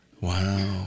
Wow